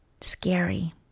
scary